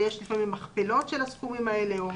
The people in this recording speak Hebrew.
ויש לפעמים מכפלות של הסכומים האלה.